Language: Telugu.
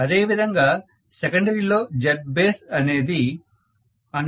అదే విధంగా సెకండరీ లో Zbaseఅనేది110205